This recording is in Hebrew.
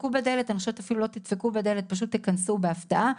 אני חושבת שאפילו לא תדפקו אלא פשוט תיכנסו בהפתעה.